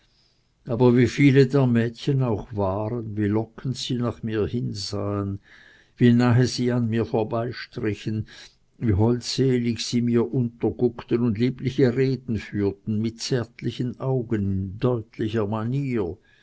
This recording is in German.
aber wie viele der mädchen auch waren wie lockend sie nach mir hinsahen wie nahe sie an mir vorbeistrichen wie holdselig sie mir untere guckten und liebliche reden führten mit zartlichen augen in deutlicher manier